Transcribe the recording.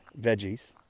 veggies